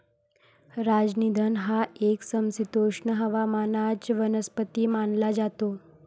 राजनिगंध हा एक समशीतोष्ण हवामानाचा वनस्पती मानला जातो